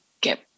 get